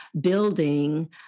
building